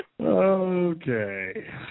Okay